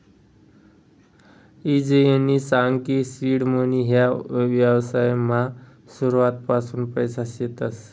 ईजयनी सांग की सीड मनी ह्या व्यवसायमा सुरुवातपासून पैसा शेतस